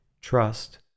trust